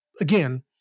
again